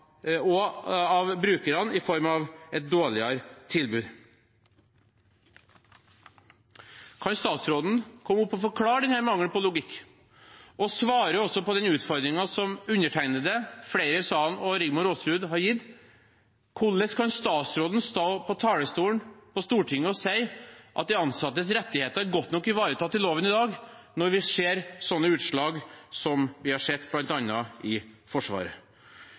av brukerne i form av et dårligere tilbud. Kan statsråden komme opp og forklare denne mangelen på logikk? Og kan hun også svare på den utfordringen som undertegnede, flere i salen og Rigmor Aasrud har gitt: Hvordan kan statsråden stå på talerstolen i Stortinget og si at de ansattes rettigheter er godt nok ivaretatt i loven i dag, når vi ser sånne utslag som vi har sett bl.a. i Forsvaret?